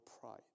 pride